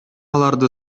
аларды